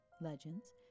legends